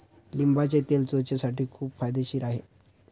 लिंबाचे तेल त्वचेसाठीही खूप फायदेशीर आहे